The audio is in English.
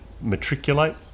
matriculate